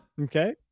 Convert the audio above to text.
Okay